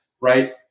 Right